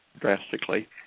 drastically